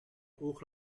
oog